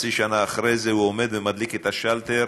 וחצי שנה אחרי זה הוא עומד ומרים את השלטר.